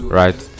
right